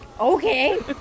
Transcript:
Okay